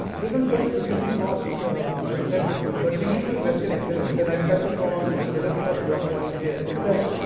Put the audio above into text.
this is just repeating what i said before, but we need to invest in excellence and i'll touch upon a little bit of your point here, is that,